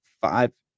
five